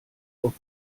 auf